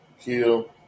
kill